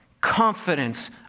confidence